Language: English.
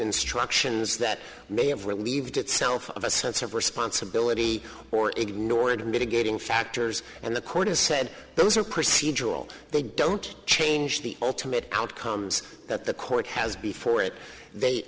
instructions that may have relieved itself of a sense of responsibility or ignored mitigating factors and the court has said those are procedural they don't change the ultimate outcomes that the court has before it they